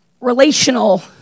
relational